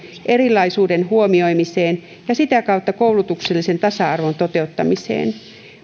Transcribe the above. erilaisuuden huomioimiseen ja sitä kautta koulutuksellisen tasa arvon toteuttamiseen